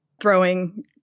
throwing